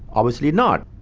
obviously not.